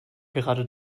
gerade